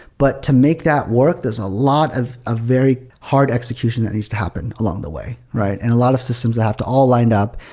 but to make that work, there's a lot of ah very hard execution that needs to happen along the way, right? and a lot of systems that have to all lined up.